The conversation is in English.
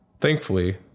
Thankfully